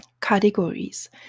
Categories